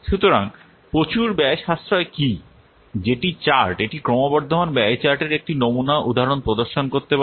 সুতরাং প্রচুর ব্যয় সাশ্রয় কী যেটি চার্ট এটি ক্রমবর্ধমান ব্যয় চার্টের একটি নমুনা উদাহরণ প্রদর্শন করতে পারে